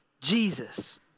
Jesus